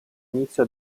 inizio